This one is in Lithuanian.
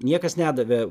niekas nedavė